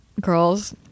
girls